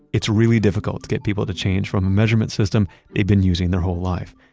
it's really difficult to get people to change from a measurement system they've been using their whole life.